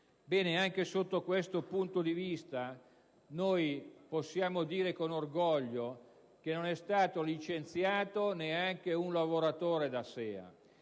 Ebbene, anche da questo punto di vista, possiamo però dire con orgoglio che non è stato licenziato neanche un lavoratore dalla SEA,